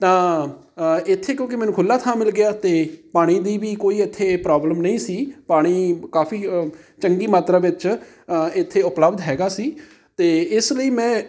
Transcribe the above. ਤਾਂ ਇੱਥੇ ਕਿਉਂਕਿ ਮੈਨੂੰ ਖੁੱਲ੍ਹਾ ਥਾਂ ਮਿਲ ਗਿਆ ਅਤੇ ਪਾਣੀ ਦੀ ਵੀ ਕੋਈ ਇੱਥੇ ਪ੍ਰੋਬਲਮ ਨਹੀਂ ਸੀ ਪਾਣੀ ਕਾਫ਼ੀ ਚੰਗੀ ਮਾਤਰਾ ਵਿੱਚ ਇੱਥੇ ਉਪਲਬਧ ਹੈਗਾ ਸੀ ਅਤੇ ਇਸ ਲਈ ਮੈਂ